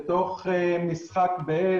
בתוך משחק באש,